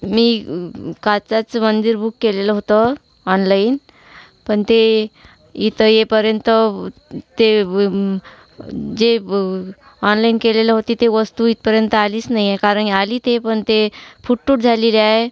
मी काचाचं मंदिर बुक केलेलं होतं ऑनलाईन पण ते इथं येईपर्यंत ते विम् जे ऑनलाईन केलेलं होती ते वस्तू इथपर्यंत आलीच नाही आहे कारण आली ते पण ते फूटतूट झालेली आहे